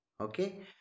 okay